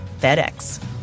FedEx